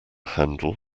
handel